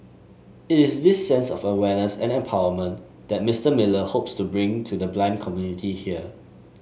it is this sense of awareness and empowerment that Mister Miller hopes to bring to the blind community here